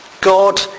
God